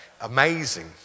Amazing